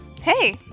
Hey